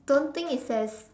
don't think it's as